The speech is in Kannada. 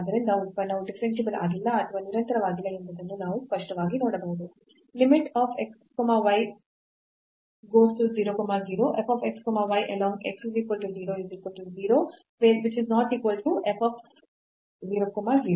ಆದ್ದರಿಂದ ಉತ್ಪನ್ನವು ಡಿಫರೆನ್ಸಿಬಲ್ ಆಗಿಲ್ಲ ಅಥವಾ ನಿರಂತರವಾಗಿಲ್ಲ ಎಂಬುದನ್ನು ನಾವು ಸ್ಪಷ್ಟವಾಗಿ ನೋಡಬಹುದು